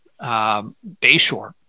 Bayshore